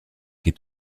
est